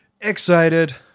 excited